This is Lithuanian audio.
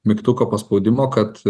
mygtuko paspaudimo kad